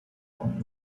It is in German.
und